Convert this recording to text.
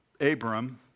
Abram